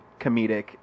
comedic